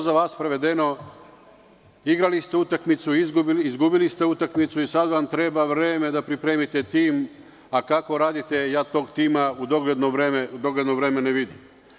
Za vas prevedeno – igrali ste utakmicu, izgubili ste utakmicu i sada vam treba vreme da pripremite tim, a kako radite, ja taj tim u dogledno vreme ne vidim.